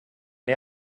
det